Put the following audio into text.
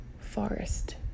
forest